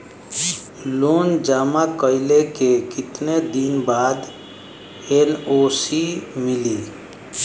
Loan जमा कइले के कितना दिन बाद एन.ओ.सी मिली?